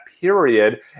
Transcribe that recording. period